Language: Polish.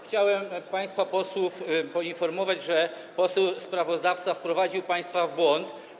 Chciałem państwa posłów poinformować, że poseł sprawozdawca wprowadził państwa w błąd.